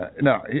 No